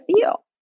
feel